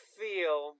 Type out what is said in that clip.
feel